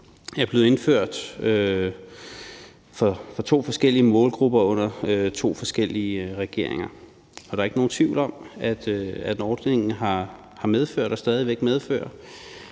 er blevet indført for to forskellige målgrupper under to forskellige regeringer. Der er ikke nogen tvivl om, at ordningen har medført og stadig væk medfører